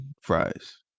fries